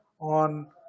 on